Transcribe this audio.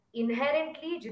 inherently